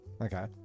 Okay